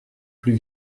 plus